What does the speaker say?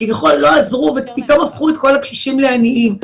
כביכול לא עזרו ופתאום הפכו את כל הקשישים לעניים.